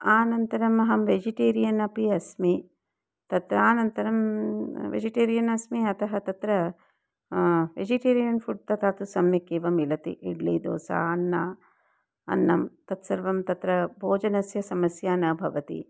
अनन्तरम् अहं वेजिटेरियन् अपि अस्मि तत्र अनन्तरं वेजिटेरियन् अस्मि अतः तत्र वेजिटेरियन् फ़ुड् तथा तु सम्यक् एव मिलति इड्लि दोसा अन्नम् अन्नं तत्सर्वं तत्र भोजनस्य समस्या न भवति